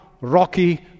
rocky